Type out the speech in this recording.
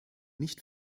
nicht